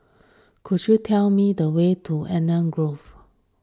could you tell me the way to Eden Grove